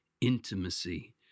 intimacy